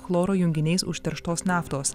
chloro junginiais užterštos naftos